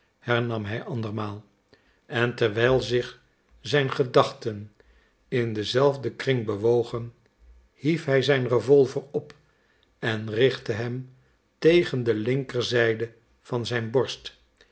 hernam hij andermaal en terwijl zich zijn gedachten in denzelfden kring bewogen hief hij zijn revolver op en richtte hem tegen de linkerzijde van zijn borst